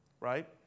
Right